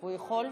הוא יכול?